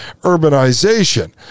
urbanization